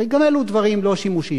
הרי גם אלו דברים לא שימושיים.